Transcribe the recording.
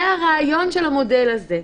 זה הרעיון של המודל הזה.